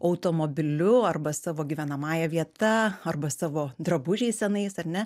automobiliu arba savo gyvenamąja vieta arba savo drabužiais senais ar ne